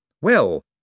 Well